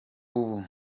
ubu